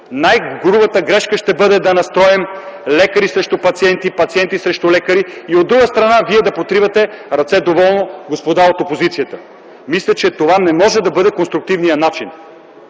Най-грубата грешка ще бъде да настроим лекари срещу пациенти и пациенти срещу лекари, а от друга страна, вие доволно да потривате ръце, господа от опозицията. Това не може да бъде конструктивният начин.